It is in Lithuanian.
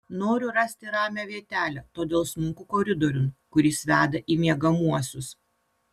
noriu rasti ramią vietelę todėl smunku koridoriun kuris veda į miegamuosius